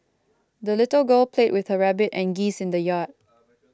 the little girl played with her rabbit and geese in the yard